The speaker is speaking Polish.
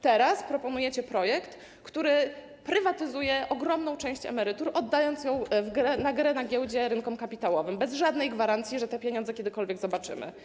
Teraz proponujecie projekt, który prywatyzuje ogromną część emerytur, oddając ją do gry na giełdzie rynkom kapitałowym bez żadnej gwarancji, że te pieniądze kiedykolwiek zobaczymy.